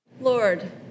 Lord